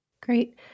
Great